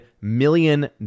million